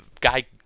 guy